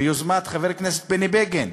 ביוזמת חבר הכנסת בני בגין,